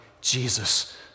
Jesus